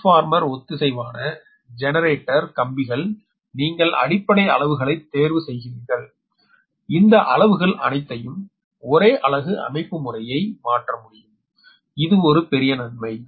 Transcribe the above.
transformer ஒத்திசைவான generator கம்பிகள் நீங்கள் அடிப்படை அளவுகளைத் தேர்வு செய்கிறீர்கள் இந்த அளவுகள் அனைத்தையும் ஒரே அலகு அமைப்புமுறையை மாற்ற முடியும் இது ஒரு பெரிய நன்மை